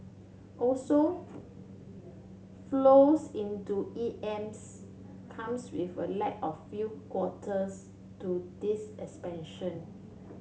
also flows into EMs come with a lag of few quarters to this expansion